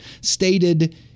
stated